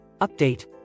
Update